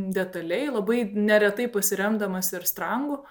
detaliai labai neretai pasiremdamas ir strangu